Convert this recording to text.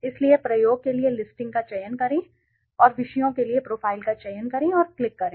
इसलिए प्रयोग के लिए लिस्टिंग का चयन करें और विषयों के लिए प्रोफ़ाइल का चयन करें और क्लिक करें